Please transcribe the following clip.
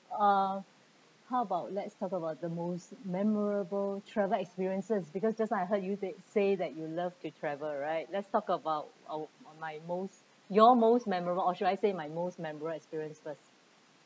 uh how about let's talk about the most memorable travel experiences because just now I heard you say say that you love to travel right let's talk about our my most your most memorable or should I say my most memorable experience first